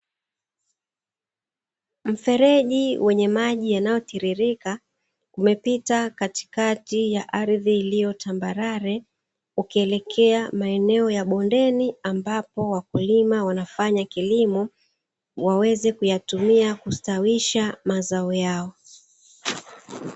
Mfereji wenye maji yanayotiririka, umepita katikati ya ardhi iliyo tambarare, ukielekea maeneo ya bondeni; ambapo wakulima wanafanya kilimo waweze kuyatumia kustawisha mazao yao.